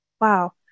Wow